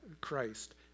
Christ